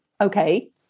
okay